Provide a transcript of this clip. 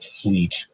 fleet